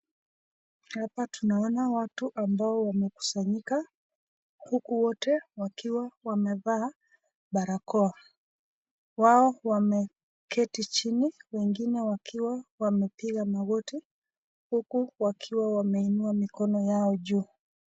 Hapa tunaona watu ambao wamekusanyika, huku wote wakiwa wamevaa barakoa. Wao wameketi chini wengine wakiwa wamepiga magoti huku wakiwa wameinua mikono yao juu.